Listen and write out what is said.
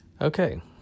Okay